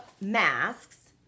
masks